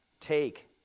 take